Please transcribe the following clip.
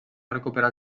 recuperar